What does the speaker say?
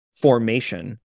formation